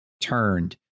turned